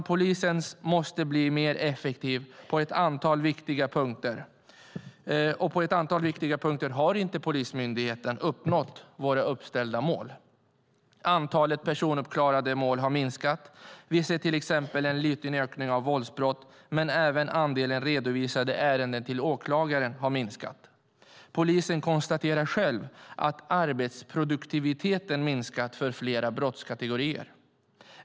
Polisen måste bli mer effektiv, och på ett antal viktiga punkter har inte myndigheterna uppnått våra uppställda mål. Antalet personuppklarade brott har minskat. Vi ser till exempel en liten ökning av våldsbrott, men även andelen redovisade ärenden till åklagare har minskat. Polisen konstaterar själv att arbetsproduktiviteten har minskat för flera brottskategorier.